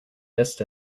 mist